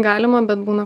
galima bet būna